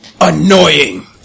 annoying